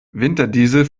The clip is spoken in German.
winterdiesel